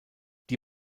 die